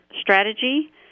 Strategy